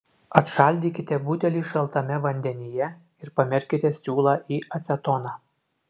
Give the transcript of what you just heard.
atšaldykite butelį šaltame vandenyje ir pamerkite siūlą į acetoną